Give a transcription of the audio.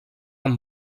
amb